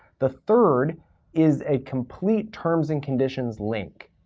the third is a complete terms and conditions link.